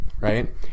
right